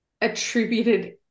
attributed